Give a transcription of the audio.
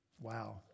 Wow